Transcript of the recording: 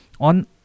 on